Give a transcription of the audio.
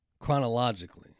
Chronologically